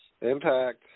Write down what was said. Impact